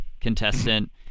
contestant